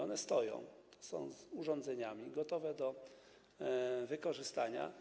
One stoją, z urządzeniami, gotowe do wykorzystania.